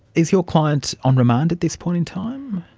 is your client on remand at this point in time?